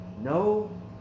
No